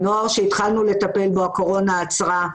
נוער שכשהתחלנו לטפל בו הקורונה עצרה,